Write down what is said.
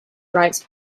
writes